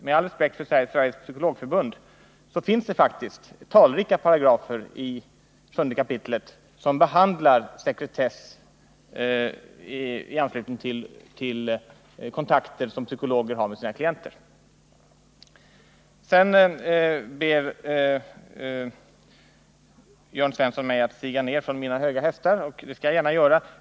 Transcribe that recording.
Med all respekt för Sveriges psykologförbund vill jag framhålla att det faktiskt finns talrika paragrafer i sjunde kapitlet som behandlar sekretess i anslutning till kontakter som psykologer har med sina klienter. Sedan ber Jörn Svensson mig att stiga ned från mina höga hästar. Det skall jag gärna göra.